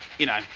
you know,